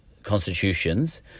Constitutions